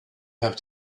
have